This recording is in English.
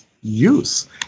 use